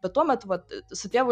bet tuomet vat su tėvu